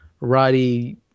Roddy